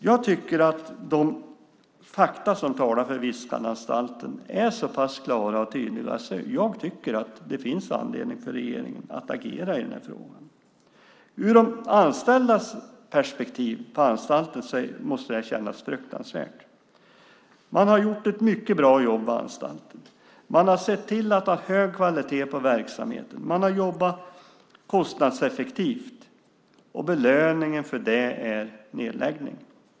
Jag tycker att de fakta som talar för Viskananstalten är så pass klara och tydliga att det finns anledning för regeringen att agera i den här frågan. För de anställda på anstalten måste det kännas fruktansvärt. Man har gjort ett mycket bra jobb på anstalten. Man har sett till att ha hög kvalitet på verksamheten. Man har jobbat kostnadseffektivt. Och belöningen för det är nedläggning.